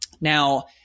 Now